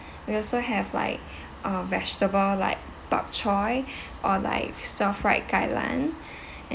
we also have like a vegetable like bak choy or like stir fried kai lan